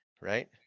Right